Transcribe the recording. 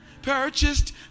Purchased